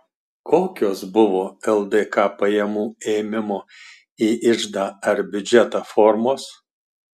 kokios buvo ldk pajamų ėmimo į iždą ar biudžetą formos